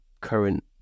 current